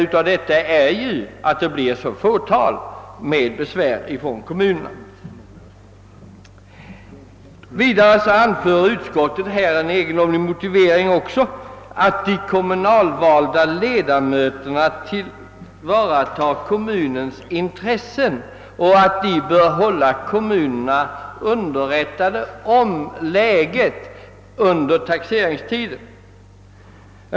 Det är just därför som det blir så få besvär från kommunerna. Vidare anför utskottet den egendomliga motiveringen, att de kommunalvalda ledamöterna borde kunna tillvarata kommunens intressen och hålla kommunerna underrättade om läget under taxeringsarbetet.